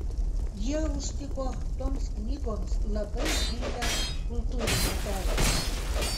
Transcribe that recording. jie užtiko toms knygoms labai imlią kultūrinę terpę